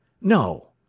No